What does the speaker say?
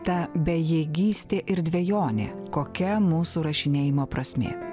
ta bejėgystė ir dvejonė kokia mūsų rašinėjimo prasmė